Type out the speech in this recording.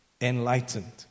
enlightened